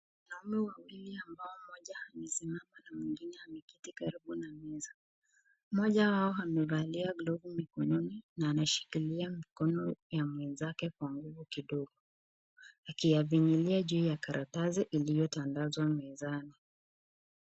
Wanaume wawili ambao mmoja amesimama na mwingine ameketi karibu na meza. Mmoja wao amevalia glavu mkononi na anashikilia mkono ya mwenzake kwa nguvu kidogo akiyafinyilia juu ya karatasi iliotandazwa mezani.